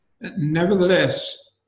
nevertheless